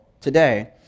today